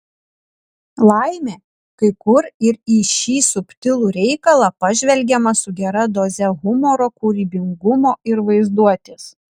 laimė kai kur ir į šį subtilų reikalą pažvelgiama su gera doze humoro kūrybingumo ir vaizduotės